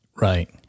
Right